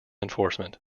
enforcement